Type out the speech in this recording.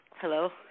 Hello